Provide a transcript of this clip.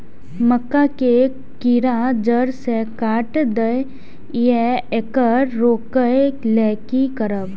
मक्का के कीरा जड़ से काट देय ईय येकर रोके लेल की करब?